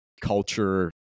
culture